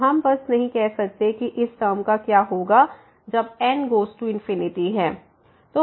तो हम बस नहीं कह सकते कि इस टर्म का क्या होगा जब n गोज़ टू है